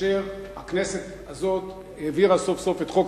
כאשר הכנסת הזאת העבירה סוף-סוף את חוק